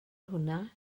hwnna